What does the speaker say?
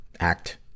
act